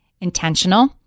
intentional